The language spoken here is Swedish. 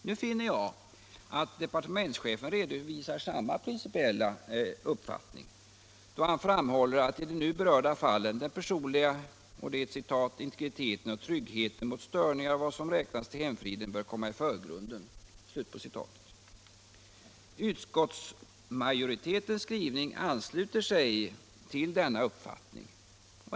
Jag finner att departementschefen redovisar samma principiella uppfattning då han framhåller att i de nu berörda fallen ”den personliga integriteten och tryggheten mot störningar av vad som räknas till hemfriden bör komma i förgrunden”. Utskottsmajoritetens skrivning ansluter sig till denna uppfattning.